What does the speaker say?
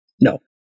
No